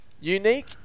Unique